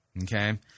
okay